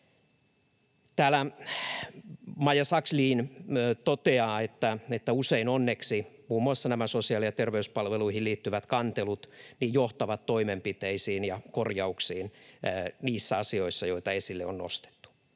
Maija Sakslin toteaa, että usein onneksi muun muassa nämä sosiaali‑ ja terveyspalveluihin liittyvät kantelut johtavat toimenpiteisiin ja korjauksiin niissä asioissa, joita esille on nostettu.